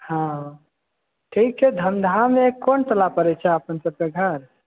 हँ ठीक छै धन्धामे कोन पड़ै छै अपन सभक घर